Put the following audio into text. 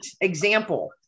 example